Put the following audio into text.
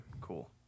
Cool